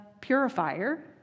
purifier